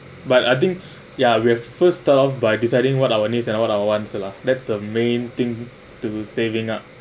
but I think ya first start up by deciding what our needs and what our wants lah that's the main thing to saving up